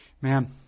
Man